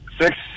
six